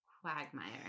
quagmire